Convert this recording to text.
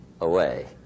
away